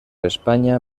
espanya